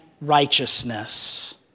righteousness